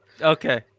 Okay